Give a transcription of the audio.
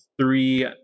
three